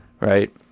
Right